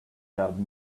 had